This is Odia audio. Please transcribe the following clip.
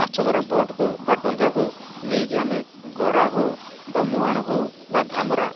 ମାଛଧରା ବୋଟ୍କୁ ବା ଡ଼ଙ୍ଗାକୁ ନେଇକି ଆମେ ଗଡ଼ାହେଉ ବା ମୁହାଣ ହେଉ ବା ଧାମରା